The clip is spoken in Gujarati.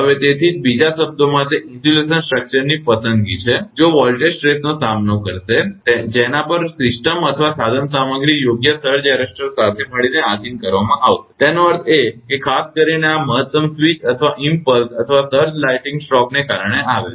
હવે તેથી જ બીજા શબ્દોમાં તે ઇન્સ્યુલેશન સ્ટ્રક્ચરની પસંદગી છે જે વોલ્ટેજ સ્ટ્રેસનો સામનો કરશે કે જેના પર સિસ્ટમ અથવા સાધનસામગ્રી યોગ્ય સર્જ એરેસ્ટર સાથે મળીને આધીન કરવામાં આવશે તેનો અર્થ એ કે ખાસ કરીને આ મહત્તમ સ્વીચ અથવા ઇમપ્લસ અથવા સર્જ લાઇટનીંગ સ્ટ્રોકને કારણે આવે છે